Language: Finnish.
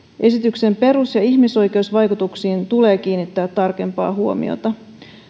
esityksen perus ja ihmisoikeusvaikutuksiin tulee kiinnittää tarkempaa huomiota